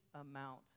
amount